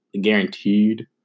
guaranteed